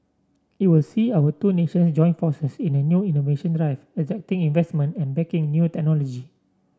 it will see our two nation join forces in a new innovation drive attracting investment and backing new technology